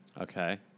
Okay